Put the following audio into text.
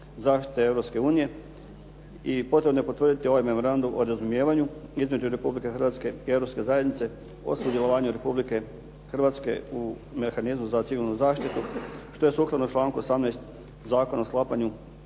unije i potrebno je potvrditi ovaj Memorandum o razumijevanju između Republike Hrvatske i Europske zajednice o sudjelovanju Republike Hrvatske u mehanizmu za civilnu zaštitu što je sukladno članku 18. Zakona o sklapanju